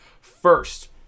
First